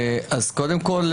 אז קודם כול,